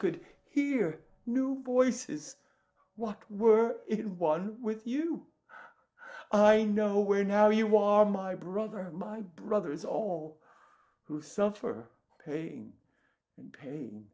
could hear new voices what were in one with you i know where now you want my brother my brother is all who suffer pain pa